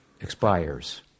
expires